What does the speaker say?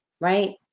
right